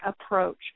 approach